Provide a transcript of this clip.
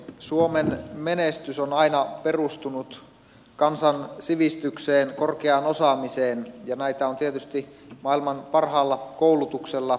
suomen menestys on aina perustunut kansan sivistykseen korkeaan osaamiseen ja näitä on tietysti maailman parhaalla koulutuksella luotu